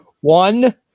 One